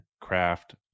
craft